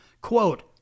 Quote